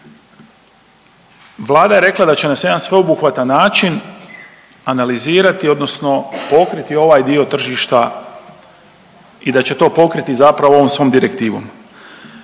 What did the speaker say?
Vlada je rekla da će na jedan sveobuhvatan način analizirati odnosno pokriti ovaj dio tržišta i da će to pokriti zapravo ovom svojom direktivom.